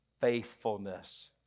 faithfulness